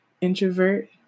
introvert